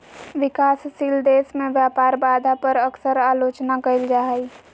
विकासशील देश में व्यापार बाधा पर अक्सर आलोचना कइल जा हइ